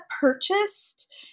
purchased